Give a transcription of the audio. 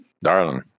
darling